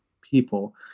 people